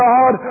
God